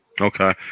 okay